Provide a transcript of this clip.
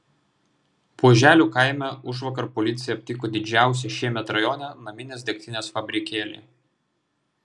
buoželių kaime užvakar policija aptiko didžiausią šiemet rajone naminės degtinės fabrikėlį